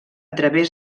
través